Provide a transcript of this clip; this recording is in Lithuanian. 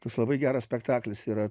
tas labai geras spektaklis yra